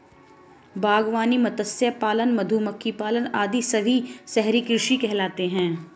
बागवानी, मत्स्य पालन, मधुमक्खी पालन आदि सभी शहरी कृषि कहलाते हैं